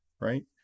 right